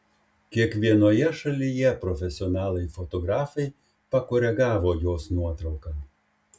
kiekvienoje šalyje profesionalai fotografai pakoregavo jos nuotrauką